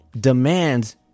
demands